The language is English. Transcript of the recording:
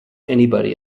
anybody